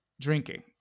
drinking